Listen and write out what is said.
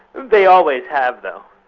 they always have though.